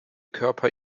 körper